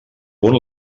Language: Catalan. punt